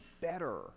better